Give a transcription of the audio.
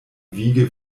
wiege